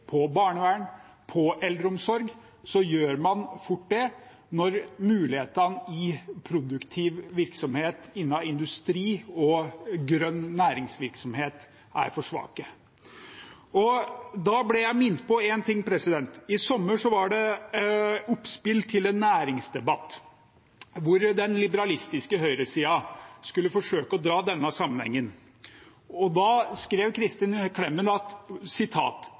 på barnevern og eldreomsorg, så gjør man fort det når mulighetene i produktiv virksomhet innen industri og grønn næringsvirksomhet er for svake. Da ble jeg minnet om én ting. I sommer var det oppspill til en næringsdebatt, hvor den liberalistiske høyresiden skulle forsøke å dra denne sammenhengen. Da skrev Kristin Clemet: